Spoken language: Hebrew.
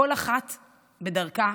כל אחת בדרכה,